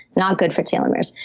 not good for telomeres.